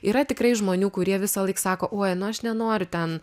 yra tikrai žmonių kurie visąlaik sako oi nu aš nenoriu ten